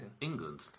England